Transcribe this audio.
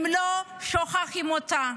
אם לא, שוכחים אותה.